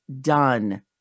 done